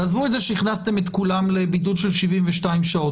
תעזבו את זה שהכנסתם את כולם לבידוד של 72 שעות